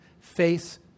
face